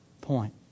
point